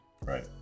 Right